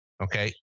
Okay